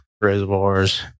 reservoirs